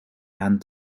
and